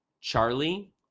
Charlie